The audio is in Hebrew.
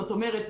זאת אומרת,